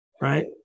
right